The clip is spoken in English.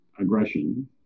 aggression